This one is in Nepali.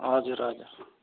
हजुर हजुर